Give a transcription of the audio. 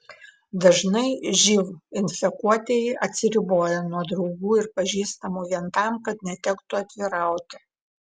dažnai živ infekuotieji atsiriboja nuo draugų ir pažįstamų vien tam kad netektų atvirauti